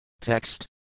Text